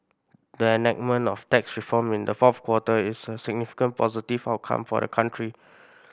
the enactment of tax reform in the fourth quarter is a significant positive outcome for the country